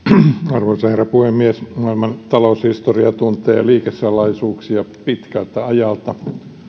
arvoisa herra puhemies maailman taloushistoria tuntee liikesalaisuuksia pitkältä ajalta